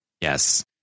Yes